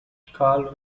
carl